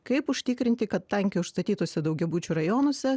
kaip užtikrinti kad tankiai užstatytuose daugiabučių rajonuose